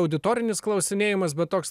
auditorinis klausinėjamas bet toks